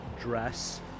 dress